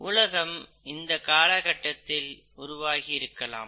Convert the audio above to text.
உலகம் இந்த காலகட்டத்தில் உருவாகியிருக்கலாம்